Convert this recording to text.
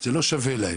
שזה לא שווה להם.